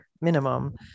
minimum